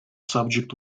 subject